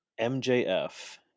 MJF